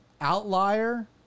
outlier